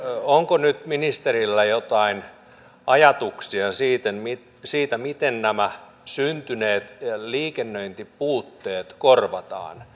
onko nyt ministerillä jotain ajatuksia siitä miten nämä syntyneet liikennöintipuutteet korvataan